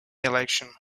election